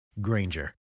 Granger